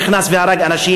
נכנס והרג אנשים,